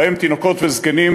בהם תינוקות וזקנים,